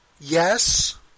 yes